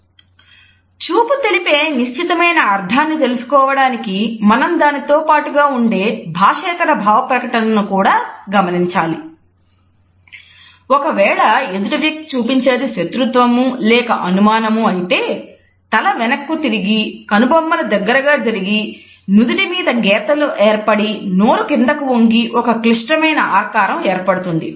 చూపు తెలిపే నిశ్చితమైన అర్థాన్ని తెలుసుకోవడానికి మనం దానితో పాటుగా ఉండె భాషేతర భావ ప్రకటనను కూడా గమనించాలి ఒకవేళ ఎదుటి వ్యక్తి చూపించేది శత్రుత్వము లేక అనుమానము అయితే తల వెనక్కు తిరిగి కనుబొమ్మలు దగ్గరగా జరిగి నుదుటి మీద గీతలు ఏర్పడి నోరు క్రింద కు వంగి ఒక క్లిష్టమైన ఆకారం ఏర్పడుతుంది